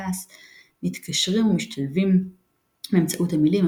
כעס – מתקשרים ומשתלבים באמצעות המילים,